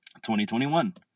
2021